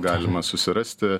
galima susirasti